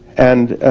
and